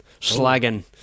Slagging